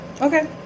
Okay